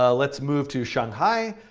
ah let's move to shanghai,